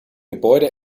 gebäude